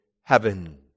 heaven